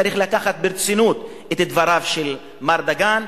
צריך לקחת ברצינות את דבריו של מר דגן,